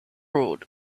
road